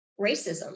racism